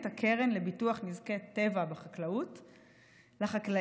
הקרן לביטוח נזקי טבע בחקלאות לחקלאים,